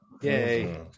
Yay